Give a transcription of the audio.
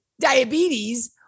diabetes